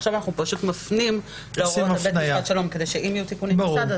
עכשיו אנחנו פשוט מפנים לבית משפט שלום כדי שאם יהיו תיקונים בסד"א,